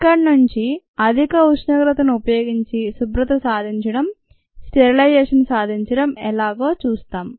ఇక్కడి నుండి అధిక ఉష్ణోగ్రతను ఉపయోగించి శుభ్రత సాధించటం స్టెరిలైజేషన్ సాధించడం ఎలాగో చూస్తాం